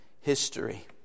history